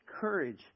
courage